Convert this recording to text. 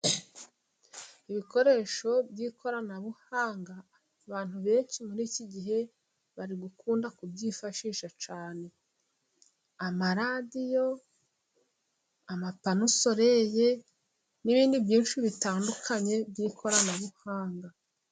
Ibikoresho by'ikoranabuhanga abantu benshi muri iki gihe bari gukunda kubyifashisha cyane . Amaradiyo, amapanosoleye n'ibindi byinshi bitandukanye by'ikoranabuhanga.